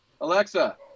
Alexa